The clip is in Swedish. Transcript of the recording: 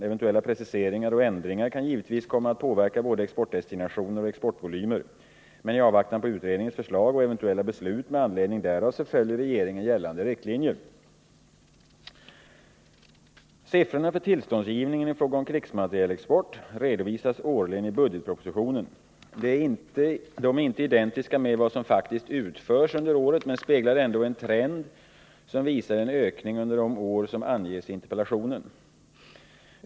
Eventuella preciseringar och ändringar kan givetvis komma att påverka både exportdestinationer och exportvolymer. Men i avvaktan på utredningens förslag och eventuella beslut med anledning därav följer regeringen gällande riktlinjer. Siffrorna för tillståndsgivningen i fråga om krigsmaterielexport redovisas årligen i budgetpropositionen. De är inte identiska med vad som faktiskt utförs under året, men speglar ändå en trend som visar en ökning under de år som anges i interpellationen.